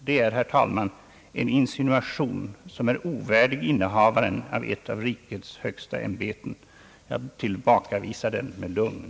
Det är, herr talman, en insinuation som är ovärdig innehavaren av ett av rikets högsta ämbeten. Jag tillbakavisar den med lugn.